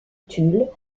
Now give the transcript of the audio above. tulle